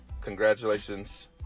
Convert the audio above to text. Congratulations